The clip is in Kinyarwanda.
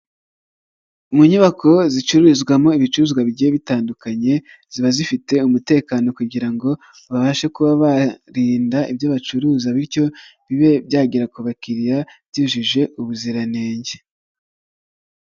Mu nyubako zicururizwamo ibicuruzwa bigiye bitandukanye, ziba zifite umutekano kugira ngo babashe kuba barinda ibyo bacuruza bityo bibe byagera ku bakiriya byujuje ubuziranenge.